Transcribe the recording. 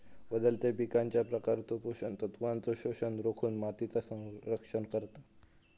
बदलत्या पिकांच्या प्रकारचो पोषण तत्वांचो शोषण रोखुन मातीचा रक्षण करता